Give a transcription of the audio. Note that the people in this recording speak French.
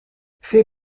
fait